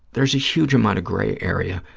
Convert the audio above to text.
there's a huge amount of gray area